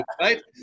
Right